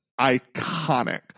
iconic